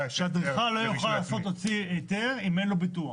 -- שאדריכל לא יוכל לנסות להוציא היתר אם אין לו ביטוח.